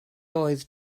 oedd